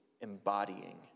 embodying